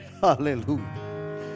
Hallelujah